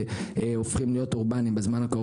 בנושא של חדשנות,